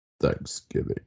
Thanksgiving